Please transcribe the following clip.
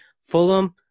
Fulham